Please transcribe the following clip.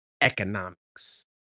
economics